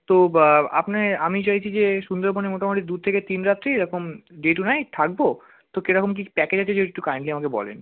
তো আপনে আমি চাইছি যে সুন্দরবনে মোটামুটি দু থেকে তিন রাত্রি এরকম ডে টু নাইট থাকবো তো কেরকম কী প্যাকেজ আছে যদি একটু কাইন্ডলি আমাকে বলেন